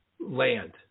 land